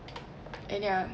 and ya